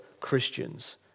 Christians